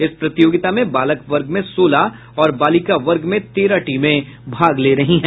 इस प्रतियोगिता में बालक वर्ग में सोलह और बालिका वर्ग में तेरह टीमें भाग ले रही हैं